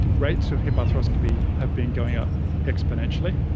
rates of hip arthroscopy have been going up exponentially,